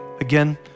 again